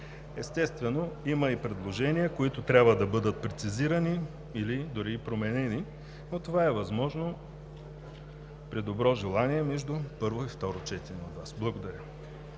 Естествено, има и предложения, които трябва да бъдат прецизирани или дори и променени, но това е възможно при добро желание от Вас между първо и второ четене. Благодаря.